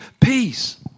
peace